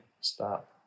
stop